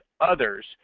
others